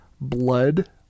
blood